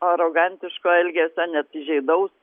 arogantiško elgesio net įžeidaus